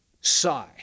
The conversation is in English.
sigh